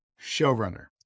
Showrunner